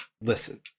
listen